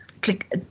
click